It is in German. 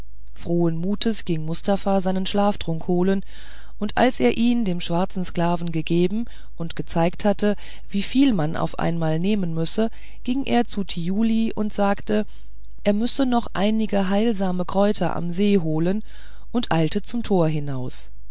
frohen mutes ging mustafa seinen schlaftrunk zu holen und als er ihn dem schwarzen sklaven gegeben und gezeigt hatte wieviel man auf einmal nehmen müsse ging er zu thiuli und sagte er müsse noch einige heilsame kräuter am see holen und eilte zum tor hinaus